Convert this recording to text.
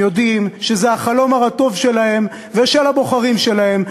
הם יודעים שזה החלום הרטוב שלהם ושל הבוחרים שלהם,